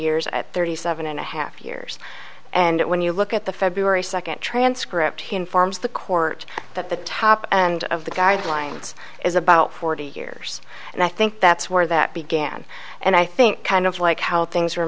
years at thirty seven and a half years and when you look at the february second transcript he informs the court that the top and of the guidelines is about forty years and i think that's where that began and i think kind of like how things were